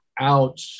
out